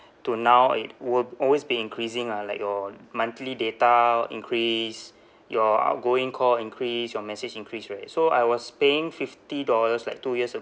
to now it will always be increasing lah like your monthly data increase your outgoing call increase your message increase right so I was paying fifty dollars like two years